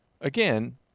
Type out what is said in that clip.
Again